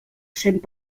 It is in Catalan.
cent